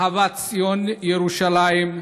אהבת ציון, ירושלים,